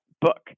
book